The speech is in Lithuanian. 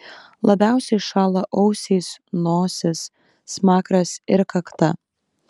labiausiai šąla ausys nosis smakras ir kakta